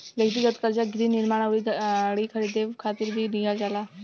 ब्यक्तिगत कर्जा गृह निर्माण अउरी गाड़ी खरीदे खातिर भी लिहल जाला